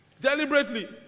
Deliberately